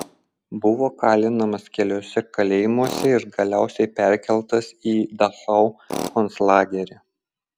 buvo kalinamas keliuose kalėjimuose ir galiausiai perkeltas į dachau konclagerį